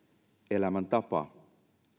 elämäntapa